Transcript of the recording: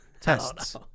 Tests